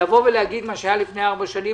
לומר: מה שהיה לפני ארבע שנים,